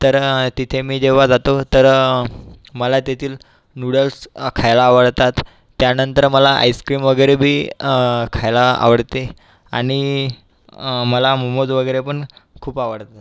तर तिथे मी जेव्हा जातो तर मला तेथील नूडल्स खायला आवडतात त्यानंतर मला आईस्क्रिम वगैरे बी खायला आवडते आणि मला मोमोज वगैरे पण खूप आवडतं